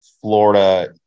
Florida